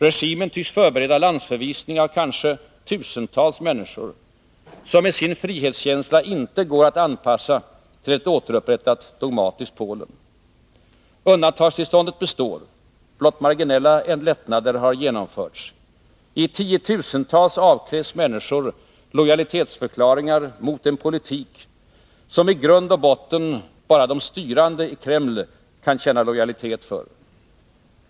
Regimen tycks förbereda landsförvisning av kanske tusentals människor, som med sin frihetskänsla inte går att anpassa till ett återupprättat dogmatiskt Polen. Undantagstillståndet består. Blott marginella lättnader har genomförts. I tiotusental avkrävs människor lojalitetsförklaringar för en politik som i grund och botten bara de styrande i Kreml kan känna lojalitet för.